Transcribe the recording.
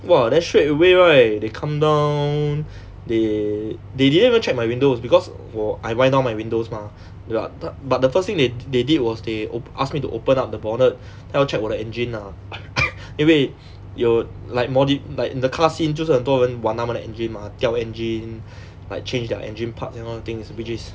!wah! then straight away right they come down they they didn't even check my windows because 我 I wind down my windows mah but but the first thing they they did was they they ask me to open up the bonnet 要 check 我的 engine lah 因为有 like mod~ like in the car scene 就是有很多人玩他们的 engine mah 吊 engine like change their engine parts and all those things which is